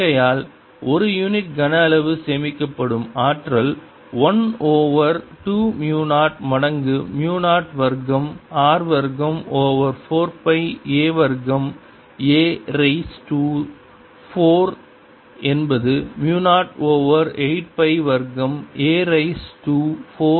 ஆகையால் ஒரு யூனிட் கன அளவு சேமிக்கப்படும் ஆற்றல் 1 ஓவர் 2 மு 0 மடங்கு மு 0 வர்க்கம் r வர்க்கம் ஓவர் 4 பை a வர்க்கம் a ரீஸ் டூ 4 என்பது மு 0 ஓவர் 8 பை வர்க்கம் a ரீஸ் டூ 4 r வர்க்கம் க்கு சமம்